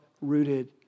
Rooted